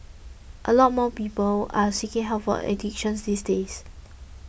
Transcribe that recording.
a lot more people are seeking help for addictions these days